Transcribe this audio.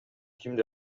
кимди